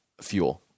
fuel